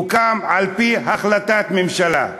הוקם על-פי החלטת הממשלה,